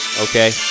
Okay